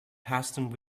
hasten